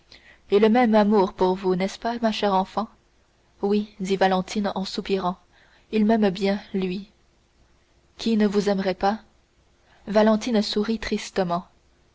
et le même amour pour vous n'est-ce pas ma chère enfant oui dit valentine en soupirant il m'aime bien lui qui ne vous aimerait pas valentine sourit tristement